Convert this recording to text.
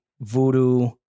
voodoo